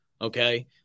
okay